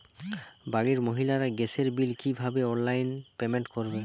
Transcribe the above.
বাড়ির মহিলারা গ্যাসের বিল কি ভাবে অনলাইন পেমেন্ট করবে?